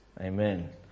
Amen